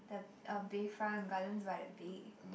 the uh Bayfront Gardens by the Bay